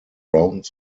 around